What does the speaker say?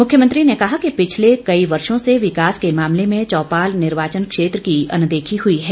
मुख्यमंत्री ने कहा कि पिछले कई वर्षों से विकास के मामले में चौपाल निर्वाचन क्षेत्र की अनदेखी हुई है